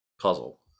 puzzle